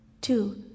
Two